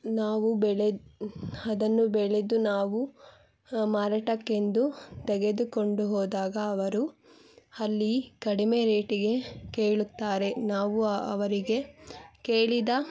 ನಾವು ಬೆಳೆ ಅದನ್ನು ಬೆಳೆದು ನಾವು ಮಾರಾಟಕ್ಕೆಂದು ತೆಗೆದುಕೊಂಡು ಹೋದಾಗ ಅವರು ಅಲ್ಲಿ ಕಡಿಮೆ ರೇಟಿಗೆ ಕೇಳುತ್ತಾರೆ ನಾವು ಅವರಿಗೆ ಕೇಳಿದ